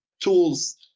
tools